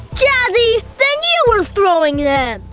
jazzy, then you were throwing them.